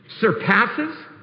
Surpasses